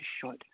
short